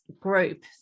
group